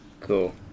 Cool